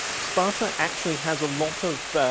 sparta actually has a lot of